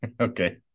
Okay